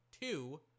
two